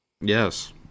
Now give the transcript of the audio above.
Yes